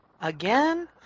Again